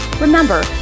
Remember